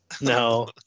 No